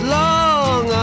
long